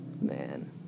man